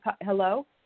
hello